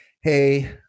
Hey